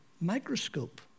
microscope